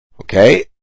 Okay